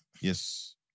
Yes